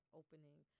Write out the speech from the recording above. opening